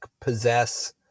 possess